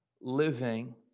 living